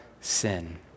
sin